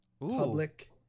Public